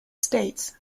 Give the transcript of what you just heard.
states